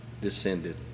descended